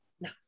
no